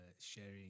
sharing